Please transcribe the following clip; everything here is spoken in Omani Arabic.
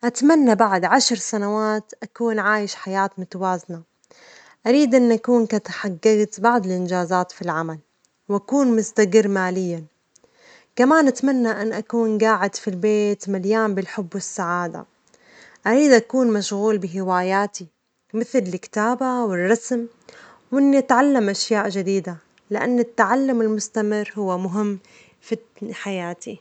أتمنى بعد عشر سنوات أكون عايش حياة متوازنة، أريد أن أكون قد حججت بعض الإنجازات في العمل وأكون مستجر ماليًا، كمان أتمنى أن أكون جاعد في البيت مليان بالحب والسعادة، أريد أكون مشغول بهوا ياتي مثل الكتابة والرسم، و إني أتعلم أشياء جديدة، لأن التعلم المستمر هو مهم في كل حياتي.